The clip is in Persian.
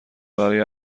برای